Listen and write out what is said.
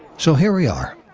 so here we are,